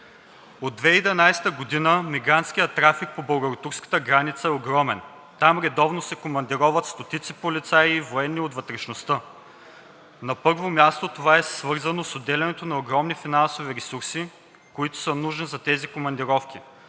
От 2011 г. мигрантският трафик по българо-турската граница е огромен. Там редовно се командироват стотици полицаи и военни от вътрешността. На първо място, това е свързано с отделянето на огромни финансови ресурси, които са нужни за тези командировки.